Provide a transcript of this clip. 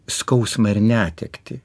skausmą ir netektį